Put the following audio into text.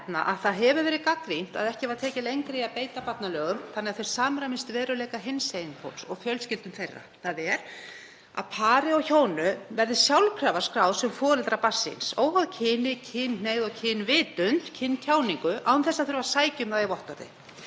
að það hefur verið gagnrýnt að ekki var gengið lengra í að breyta barnalögum þannig að þau samræmist veruleika hinsegin fólks og fjölskyldum þeirra, þ.e. að pör og hjón verði sjálfkrafa skráð sem foreldrar barns síns, óháð kyni, kynhneigð, kynvitund eða kyntjáningu án þess að þurfa að sækja um það með vottorði.